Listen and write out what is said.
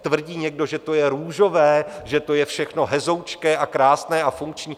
Tvrdí někdo, že to je růžové, že to je všechno hezoučké a krásné a funkční?